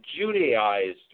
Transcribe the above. Judaized